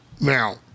Now